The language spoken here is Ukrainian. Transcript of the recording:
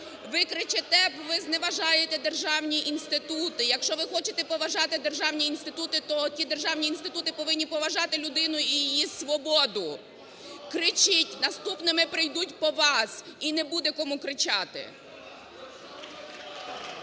Ви кричите, бо ви зневажаєте державні інститути. Якщо ви хочете поважати державні інститути, то ті державні інститути повинні поважати людину і її свободу. Кричіть, наступними прийдуть по вас, і не буде кому кричати.